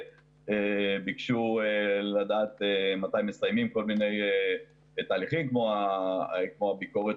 וביקשו לדעת מתי מסיימים כל מיני תהליכים כמו הביקורת